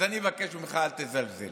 אז אני מבקש ממך: אל תזלזל,